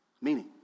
meaning